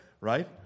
right